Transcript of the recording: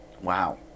Wow